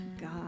God